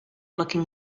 looking